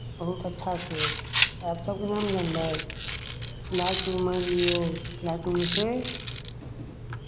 बहुत अच्छासँ आब सभके मोन होलय लाल चीज मानि लियौ लाल चीज जे छै